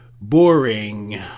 boring